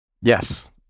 Yes